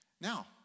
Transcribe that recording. Now